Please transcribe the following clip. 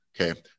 Okay